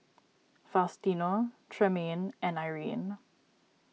Faustino Tremayne and Irine